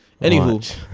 Anywho